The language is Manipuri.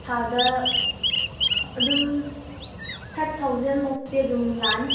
ꯊꯥꯗ ꯑꯗꯨꯝ ꯐꯥꯏꯕ ꯊꯥꯎꯖꯟ ꯃꯨꯛꯇꯤ ꯑꯗꯨꯝ ꯂꯥꯛꯑꯅꯤ